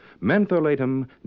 mentholatum